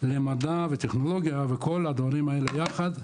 למדע וטכנולוגיה, וכל הדברים האלה יחד,